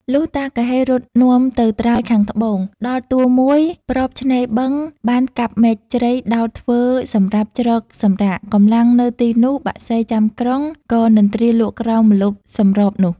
លុះតាគហ៊េនាំរត់ទៅត្រើយខាងត្បូង ដល់ទួលមួយ ប្របឆេ្នរបឹងបានកាប់មែកជ្រៃដោតធ្វើសំរាប់ជ្រកសម្រាក កំលាំងនៅទីនោះ បក្សីចាំក្រុង ក៏និន្រ្ទាលក់ក្រោមម្លប់សម្របនោះ។